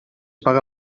paga